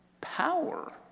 Power